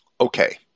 Okay